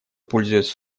пользуясь